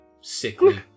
sickly